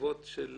תשובות של